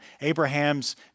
Abraham's